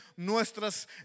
nuestras